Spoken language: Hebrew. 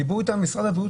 דיברו איתם ממשרד הבריאות,